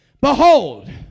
Behold